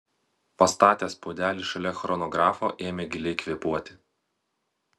pastatęs puodelį šalia chronografo ėmė giliai kvėpuoti